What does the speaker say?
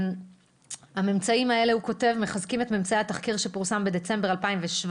הוא כותב שהממצאים האלה מחזקים את ממצאי התחקיר שפורסם בדצמבר 2017,